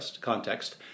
context